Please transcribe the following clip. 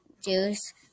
juice